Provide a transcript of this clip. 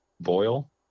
Boyle